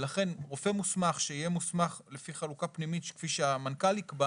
לכן רופא מוסמך שיהיה מוסמך לפי חלוקה פנימית כפי שהמנכ"ל יקבע